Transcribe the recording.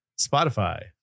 Spotify